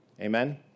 Amen